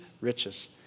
riches